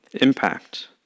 impact